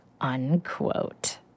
Unquote